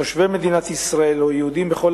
מתושבי מדינת ישראל או מיהודים בכל